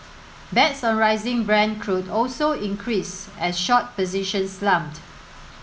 bets on rising Brent crude also increased as short positions slumped